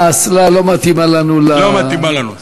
שהאסלה לא מתאימה לנו, לא מתאימה לנושא?